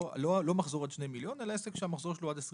לא מחזור עד 2 מיליון אלא עסק שהמחזור שלו הוא עד 20